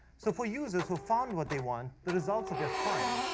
so for users who found what they want, the results are just fine.